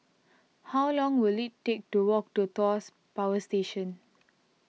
how long will it take to walk to Tuas Power Station